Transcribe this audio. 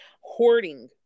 hoarding